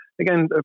again